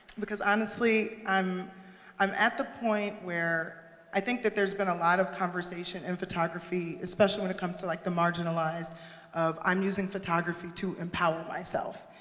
because honestly, i'm i'm at the point where i think that there's been a lot of conversation in and photography, especially when it comes to like the marginalized of, i'm using photography to empower myself.